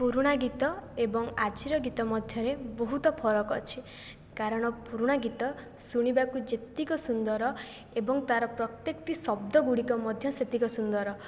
ପୁରୁଣା ଗୀତ ଏବଂ ଆଜିର ଗୀତ ମଧ୍ୟରେ ବହୁତ ଫରକ ଅଛି କାରଣ ପୁରୁଣା ଗୀତ ଶୁଣିବାକୁ ଯେତିକି ସୁନ୍ଦର ଏବଂ ତାର ପ୍ରତ୍ୟକଟି ଶବ୍ଦ ଗୁଡ଼ିକ ମଧ୍ୟ ସେତିକି ସୁନ୍ଦର